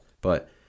But-